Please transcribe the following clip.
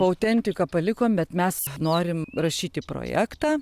autentiką palikom bet mes norim rašyti projektą